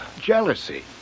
Jealousy